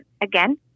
again